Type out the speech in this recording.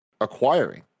acquiring